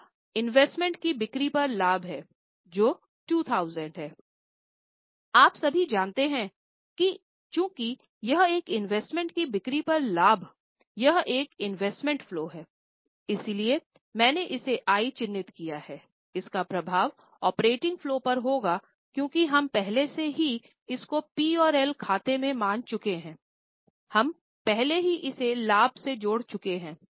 अगला investment follow पर होगा क्योंकि हम पहले से ही इसको पी और एल खाते में मान चुके है हम पहले ही इसे लाभ में जोड़ चुके हैं